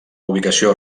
ubicació